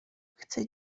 chcę